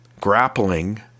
grappling